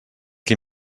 qui